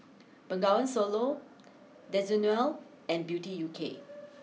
Bengawan Solo Desigual and Beauty U K